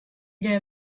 der